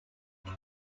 most